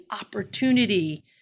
opportunity